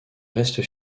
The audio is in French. reste